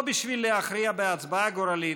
לא בשביל להכריע בהצבעה גורלית,